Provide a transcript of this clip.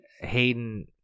Hayden